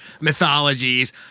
mythologies